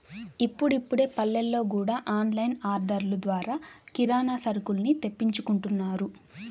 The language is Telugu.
ఇప్పుడిప్పుడే పల్లెల్లో గూడా ఆన్ లైన్ ఆర్డర్లు ద్వారా కిరానా సరుకుల్ని తెప్పించుకుంటున్నారు